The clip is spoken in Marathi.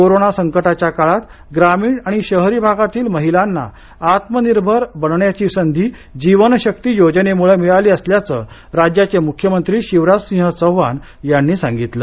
कोरोना संकटाच्या काळात ग्रामीण आणि शहरी भागातील महिलांना आत्मनिर्भर बनण्याची संधी जीवन शक्ती योजनेमुळं मिळाली असल्याचं राज्याचे मुख्यमंत्री शिवराज सिंह चौहान यांनी सांगितलं